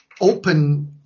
open